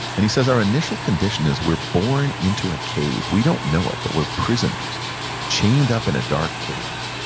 and he says our initial condition is we're born into a cave. we don't know it, but we're prisoners chained up in a dark cave,